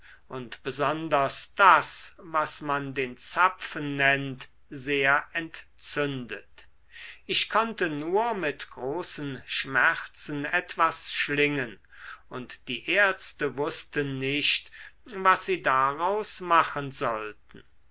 und besonders das was man den zapfen nennt sehr entzündet ich konnte nur mit großen schmerzen etwas schlingen und die ärzte wußten nicht was sie daraus machen sollten